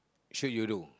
should you do